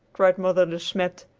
cried mother de smet,